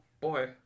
boy